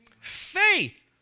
Faith